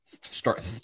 start